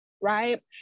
right